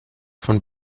von